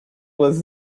was